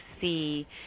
see